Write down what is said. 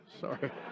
sorry